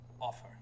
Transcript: offer